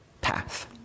path